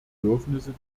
bedürfnisse